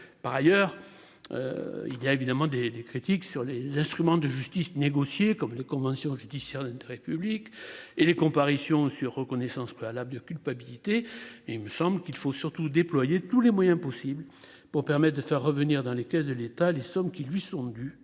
Par ailleurs. Il y a évidemment des des critiques sur les instruments de justice négocier comme le convention judiciaire d'intérêt public et les comparution sur reconnaissance préalable de culpabilité et il me semble qu'il faut surtout déployé tous les moyens possibles pour permettre de faire revenir dans les caisses de l'État, les sommes qui lui sont dus